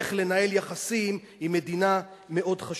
איך לנהל יחסים עם מדינה מאוד חשובה.